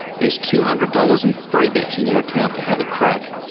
there's two hundred dollars in free bets in your account to have a crack.